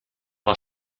war